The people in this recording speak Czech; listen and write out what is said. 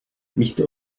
místo